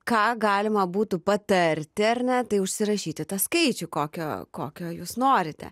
ką galima būtų patarti ar ne tai užsirašyti tą skaičių kokio kokio jūs norite